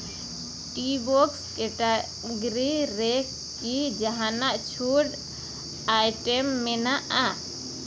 Teabox category ᱨᱮᱠᱤ ᱡᱟᱦᱟᱱᱟᱜ ᱪᱷᱩᱴ ᱟᱭᱴᱮᱢ ᱢᱮᱱᱟᱜᱼᱟ